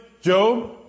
Job